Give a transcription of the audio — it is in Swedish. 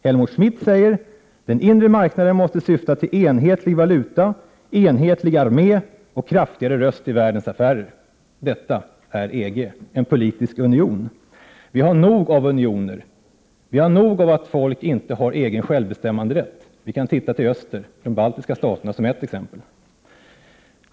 Helmut Schmidt säger att den inre marknaden måste syfta till enhetlig valuta, enhetlig armé och kraftigare röst i världens affärer. Detta är EG -— en politisk union! Vi har nog av unioner! Vi har nog av att folk inte har egen självbestämmanderätt. Vi kan se de baltiska staterna i öster som ett exempel på detta.